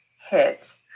hit